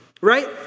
right